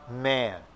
man